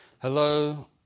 Hello